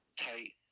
tight